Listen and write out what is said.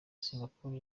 singapore